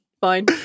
Fine